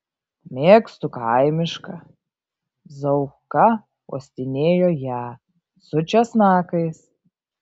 mėgstu kaimišką zauka uostinėjo ją su česnakais